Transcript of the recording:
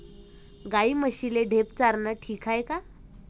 गाई म्हशीले ढेप चारनं ठीक हाये का?